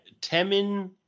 Temin